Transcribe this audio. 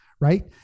right